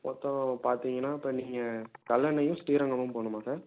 மொத்தம் பார்த்தீங்கன்னா இப்போ நீங்கள் கல்லணையும் ஸ்ரீரங்கமும் போகணுமா சார்